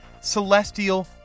celestial